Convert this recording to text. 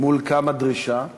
מול איזו דרישה וצורך?